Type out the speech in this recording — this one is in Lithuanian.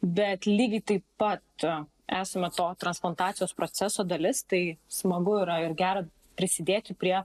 bet lygiai taip pat esame to transplantacijos proceso dalis tai smagu yra ir gera prisidėti prie